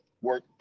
work